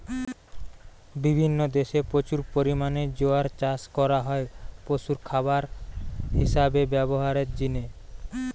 বিভিন্ন দেশে প্রচুর পরিমাণে জোয়ার চাষ করা হয় পশুর খাবার হিসাবে ব্যভারের জিনে